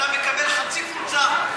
אתה מקבל חצי חולצה,